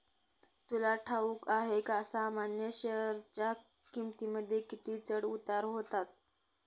तुला ठाऊक आहे का सामान्य शेअरच्या किमतींमध्ये किती चढ उतार होतात